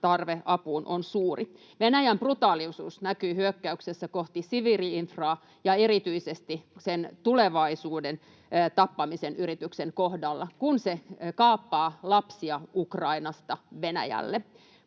tarve apuun on suuri. Venäjän brutaalius näkyy hyökkäyksessä kohti siviili-infraa ja erityisesti sen yrityksessä tappaa tulevaisuus, kun se kaappaa lapsia Ukrainasta Venäjälle.